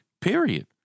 period